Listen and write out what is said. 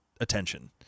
attention